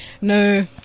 No